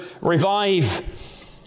revive